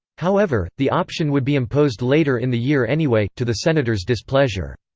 however, the option would be imposed later in the year anyway, to the senator's displeasure.